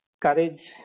courage